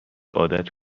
عادت